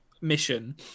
mission